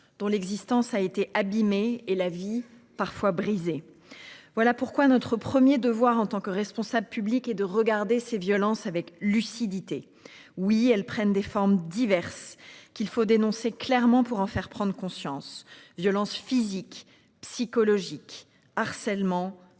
dont l'existence a été abîmé, et la vie parfois brisée. Voilà pourquoi notre 1er devoir en tant que responsable publics et de regarder ces violences avec lucidité. Oui, elles prennent des formes diverses, qu'il faut dénoncer clairement pour en faire prendre conscience, violences physiques, psychologiques, harcèlement